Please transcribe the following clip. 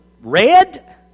red